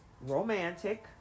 romantic